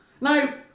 No